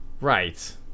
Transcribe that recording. Right